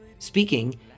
Speaking